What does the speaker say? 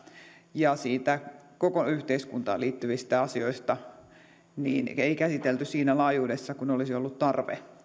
ja koko yhteiskuntaan liittyvistä asioista ei käsitelty siinä laajuudessa kuin olisi ollut tarve